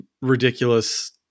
ridiculous